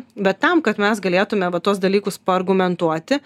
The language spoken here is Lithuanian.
bet tam kad mes galėtume va tuos dalykus paargumentuoti